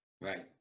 right